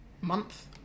Month